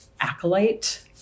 acolyte